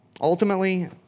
Ultimately